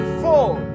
full